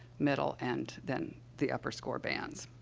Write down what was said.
middle and then the upper score bands.